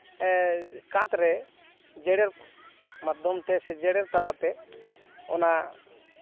ᱠᱟᱛ ᱨᱮ ᱡᱮᱨᱮᱲ ᱢᱟᱫᱽᱫᱷᱚᱢ ᱛᱮ ᱥᱮ ᱡᱮᱨᱮᱲ ᱛᱟᱞᱟᱛᱮ ᱚᱱᱟ